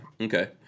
Okay